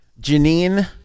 Janine